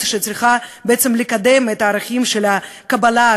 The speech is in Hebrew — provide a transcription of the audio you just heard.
שצריכה בעצם לקדם את הערכים של קבלה,